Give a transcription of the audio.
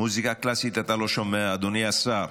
מוזיקה קלאסית אתה לא שומע, אדוני השר.